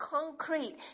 concrete